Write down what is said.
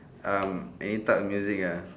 um any type of music ah